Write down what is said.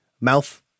Mouth